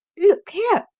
look here,